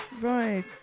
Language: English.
Right